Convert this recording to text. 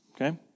okay